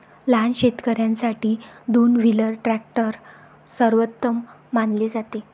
लहान शेतकर्यांसाठी दोन व्हीलर ट्रॅक्टर सर्वोत्तम मानले जाते